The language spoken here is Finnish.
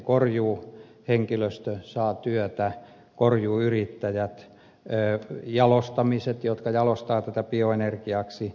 sitten korjuuhenkilöstö saa työtä korjuuyrittäjät jalostamot jotka jalostavat tätä bioenergiaksi